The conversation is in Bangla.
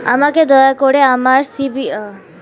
আমাকে দয়া করে আমার সিবিল স্কোরের ব্যাপারে বলতে পারবেন?